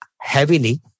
heavily